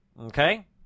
Okay